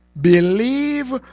Believe